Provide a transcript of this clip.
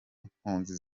impunzi